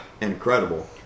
incredible